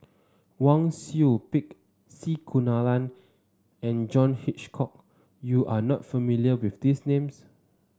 Wang Sui Pick C Kunalan and John Hitchcock you are not familiar with these names